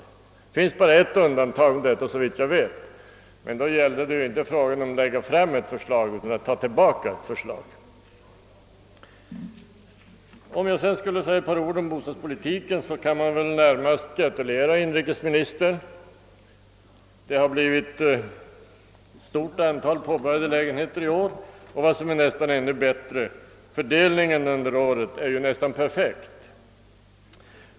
Det finns såvitt jag vet bara ett undantag, men då var det ju inte fråga om att lägga fram ett förslag utan om att ta tillbaka ett förslag. Om jag sedan skulle säga några ord om bostadspolitiken så vill jag närmast gratulera inrikesministern; det har bli vit ett stort antal påbörjade lägenheter i år, och, vad som är nästan ännu bättre, fördelningen under året är nästan perfekt.